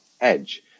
edge